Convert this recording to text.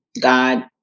God